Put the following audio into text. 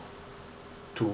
to